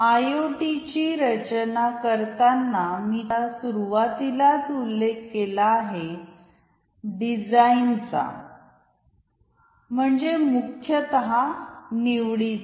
IoT IOT ची रचना करताना मी सुरुवातीलाच उल्लेख केला आहे डिझाईनचा म्हणजे मुख्यत निवडीचा